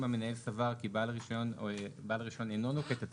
אם המנהל סבר כי בעל רישיון אינו נוקט את